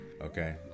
okay